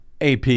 AP